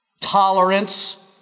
Tolerance